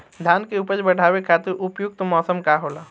धान के उपज बढ़ावे खातिर उपयुक्त मौसम का होला?